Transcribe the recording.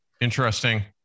Interesting